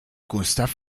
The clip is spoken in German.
gustav